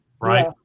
right